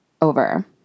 over